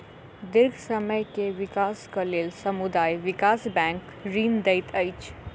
दीर्घ समय के विकासक लेल समुदाय विकास बैंक ऋण दैत अछि